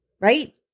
right